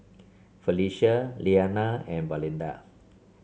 Felicia Lilyana and Valinda